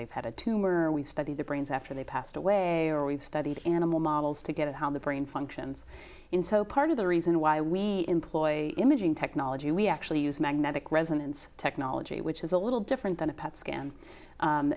they've had a tumor we studied the brains after they passed away or we've studied animal models to get at how the brain functions in so part of the reason why we employ imaging technology we actually use magnetic resonance technology which is a little different than a pet s